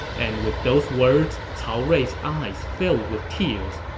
and with those words, cao rui's eyes filled with tears,